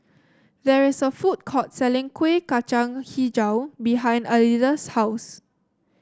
there is a food court selling Kueh Kacang hijau behind Alida's house